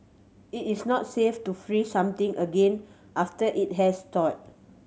it is not safe to freeze something again after it has thawed